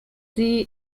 sie